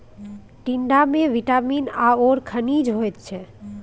टिंडामे विटामिन आओर खनिज होइत छै